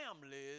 families